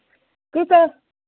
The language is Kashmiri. کۭتیٛاہ